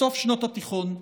בסוף שנות התיכון,